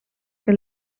que